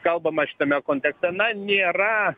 kalbama šitame kontekste na nėra